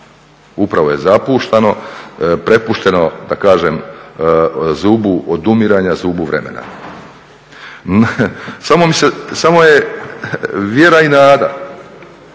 Upravo je zapuštano, prepušteno da kažem zubu odumiranja, zubu vremena. Samo je vjera i nada